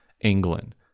England